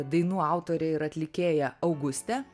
dainų autorę ir atlikėją augustę